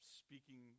speaking